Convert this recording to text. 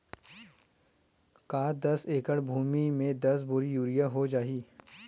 का दस एकड़ भुमि में दस बोरी यूरिया हो जाही?